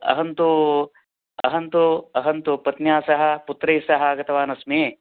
अहम्तु अहं तु अहं तु अहं तु पत्न्याः सह पुत्रै सह आगतवान् अस्मि